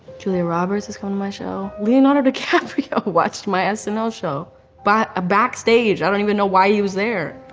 julia roberts is coming to my show. leonardo dicaprio watched my snl and ah show by a backstage. i don't even know why he was there.